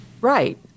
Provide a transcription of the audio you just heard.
Right